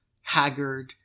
haggard